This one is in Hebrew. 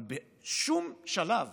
אבל בשום שלב